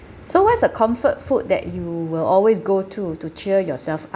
so what is a comfort food that you will always go to to cheer yourself up